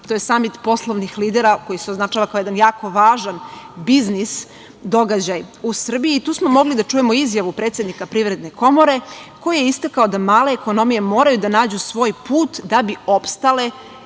To je samit poslovnih lidera koji se označava kao jedan jako važan biznis događaj u Srbiji i tu smo mogli da čujemo izjavu predsednika Privredne komore koji je istakao da male ekonomije moraju da nađu svoj put da bi opstale